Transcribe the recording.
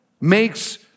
makes